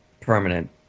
permanent